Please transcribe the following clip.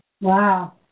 Wow